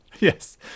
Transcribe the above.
Yes